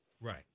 Right